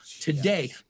today